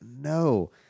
no